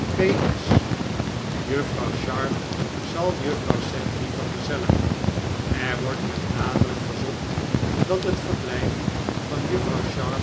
s juffrouw sharp zal juffrouw sedley vergezellen er wordt met nadruk verzocht dat het verblijf van juffrouw